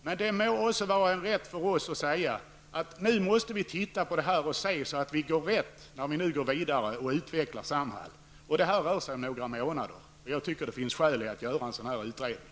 Men det må vara en rätt för oss att nu se över verksamheten för att försäkra oss om att vi går rätt när vi nu går vidare och utvecklar Samhall. Det rör sig om några månader. Jag tycker att det finns skäl att göra en utredning.